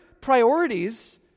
priorities